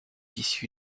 issue